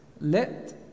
Let